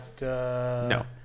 No